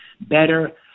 Better